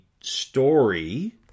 story